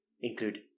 include